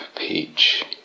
peach